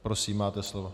Prosím, máte slovo.